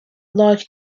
large